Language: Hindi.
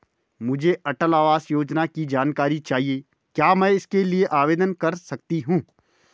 मुझे अटल आवास योजना की जानकारी चाहिए क्या मैं इसके लिए आवेदन कर सकती हूँ?